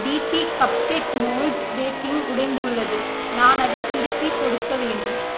டீபி cupcake mould baking உடைந்துள்ளது நான் அதைத் திருப்பிக் கொடுக்க வேண்டும்